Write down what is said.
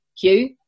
Hugh